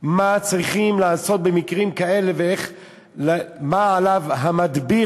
מה צריכים לעשות במקרים כאלה ומה על המדביר,